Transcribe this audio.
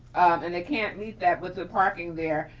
and they can't meet that with the parking there.